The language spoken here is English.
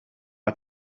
had